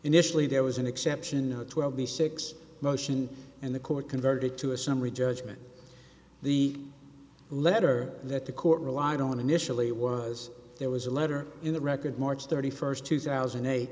initially there was an exception which will be six motion and the court converted to a summary judgment the letter that the court relied on initially it was there was a letter in the record march thirty first two thousand and eight